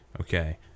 Okay